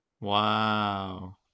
Wow